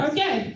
Okay